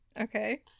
okay